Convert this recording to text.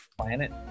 Planet